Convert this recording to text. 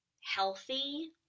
healthy